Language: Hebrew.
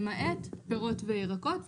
למעט פירות וירקות.